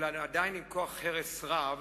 אולם עדיין עם כוח הרס רב,